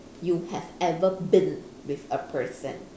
you have ever been with a person